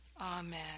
Amen